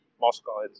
Moscow